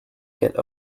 get